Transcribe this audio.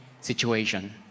situation